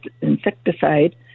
insecticide